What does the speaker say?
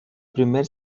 primer